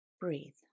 Breathe